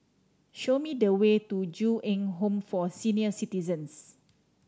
show me the way to Ju Eng Home for Senior Citizens